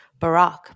Barack